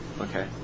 Okay